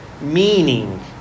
meaning